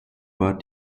war